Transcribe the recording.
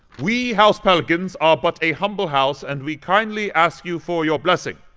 we, house pelicans, are but a humble house, and we kindly ask you for your blessing.